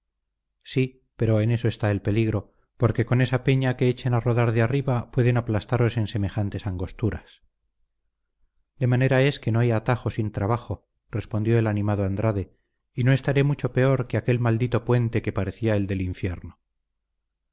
sí pero en eso está el peligro porque con esa peña que echen a rodar de arriba pueden aplastaros en semejantes angosturas de manera es que no hay atajo sin trabajo respondió el animado andrade y no estaré mucho peor que en aquel maldito puente que parecía el del infierno